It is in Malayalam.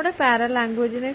നമ്മുടെ പാരലാംഗ്വേജ്നെ